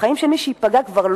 ומי שבסוף פותח את הנושא ומביא